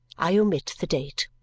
i omit the date.